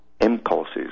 impulses